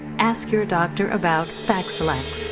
ask your doctor about vacsalax,